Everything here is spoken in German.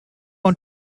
und